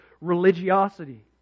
religiosity